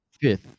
fifth